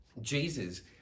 Jesus